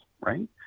Right